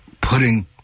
putting